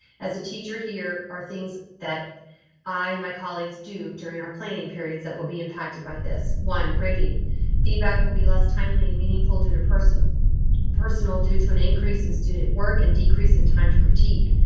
as a teacher, here are things. that i and my colleagues do during our planning periods that will be impacted by this one. grading feedback will be less timely and meaningful due to personal personal due to an increase in student work and decrease in time to critique.